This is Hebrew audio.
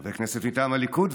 חבר כנסת מטעם הליכוד,